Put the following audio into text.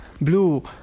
Blue